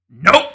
Nope